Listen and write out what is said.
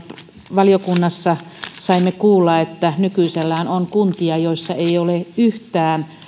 valiokunnassa saimme kuulla että nykyisellään on kuntia joissa ei ole yhtään